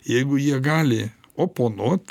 jeigu jie gali oponuot